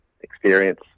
experience